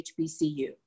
HBCU